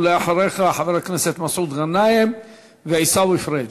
ואחריך, חברי הכנסת מסעוד גנאים ועיסאווי פריג'.